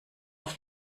auf